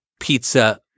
pizza